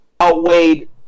outweighed